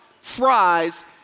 fries